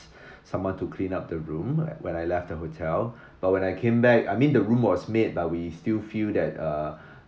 someone to clean up the room when I left the hotel but when I came back I mean the room was made but we still feel that uh